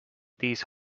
these